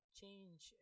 change